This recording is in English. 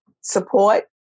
Support